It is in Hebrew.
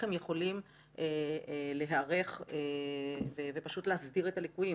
הם יכולים להיערך ופשוט להסדיר את הליקויים.